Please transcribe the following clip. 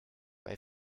bei